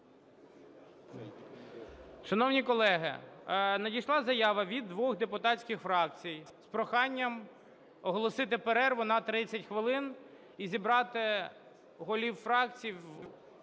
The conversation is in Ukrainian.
Шановні колеги, надійшла заява від двох депутатських фракцій з проханням оголосити перерву на 30 хвилин і зібрати голів фракцій